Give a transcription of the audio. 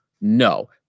No